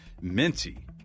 minty